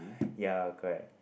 yea correct